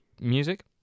Music